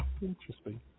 Interesting